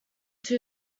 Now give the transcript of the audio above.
two